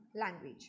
language